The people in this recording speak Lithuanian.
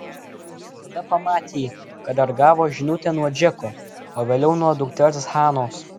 tada pamatė kad dar gavo žinutę nuo džeko o vėliau nuo dukters hanos